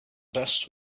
best